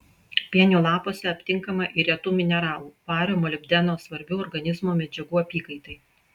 pienių lapuose aptinkama ir retų mineralų vario molibdeno svarbių organizmo medžiagų apykaitai